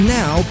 now